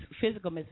physical